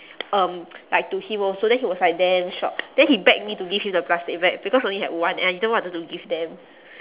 um like to him also then he was like damn shocked then he beg me to give him the plastic bag because only had one and I didn't wanted to give them